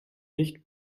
nicht